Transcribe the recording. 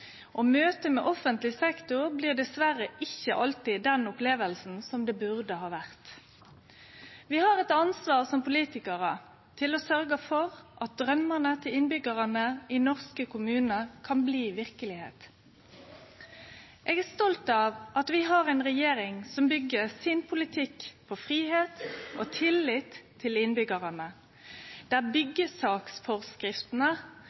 og møtet med offentleg sektor blir dessverre ikkje alltid den opplevinga som det burde ha vore. Vi har eit ansvar som politikarar for å sørgje for at draumane til innbyggjarane i norske kommunar kan bli verkelegheit. Eg er stolt av at vi har ei regjering som byggjer politikken sin på fridom og tillit til innbyggjarane, der